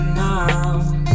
now